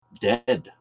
dead